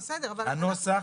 הנוסח,